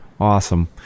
Awesome